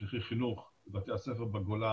חינוך לבתי הספר בגולה